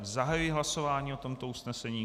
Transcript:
Zahajuji hlasování o tomto usnesení.